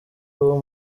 uwo